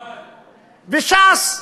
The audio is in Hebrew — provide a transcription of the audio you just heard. ג'מאל, וש"ס,